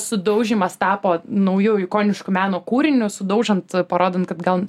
sudaužymas tapo nauju ikonišku meno kūriniu sudaužant parodant kad gal